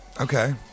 Okay